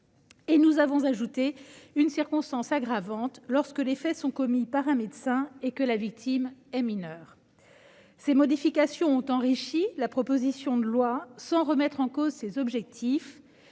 Nous avons ajouté, enfin, une circonstance aggravante lorsque les faits sont commis par un médecin et que la victime est mineure. Ces modifications ont enrichi la proposition de loi sans remettre en cause ses objectifs